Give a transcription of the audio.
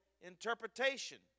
interpretation